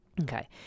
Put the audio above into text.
Okay